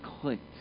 clicked